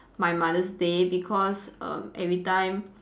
my mother's day because err everytime